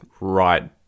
right